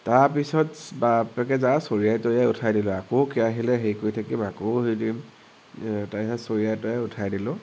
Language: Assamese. তাৰপিছত বাপ্পেকে যা চৰিয়াই তৰিয়াই উঠাই দিলো আকৌ কেৰাহীলে হেৰি কৰি থাকিম আকৌ হেৰি দিম তাৰপিছত চৰিয়াই তৰিয়াই উঠাই দিলোঁ